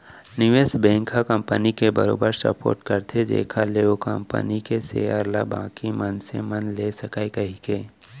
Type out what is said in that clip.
निवेस बेंक ह कंपनी के बरोबर सपोट करथे जेखर ले ओ कंपनी के सेयर ल बाकी मनसे मन ले सकय कहिके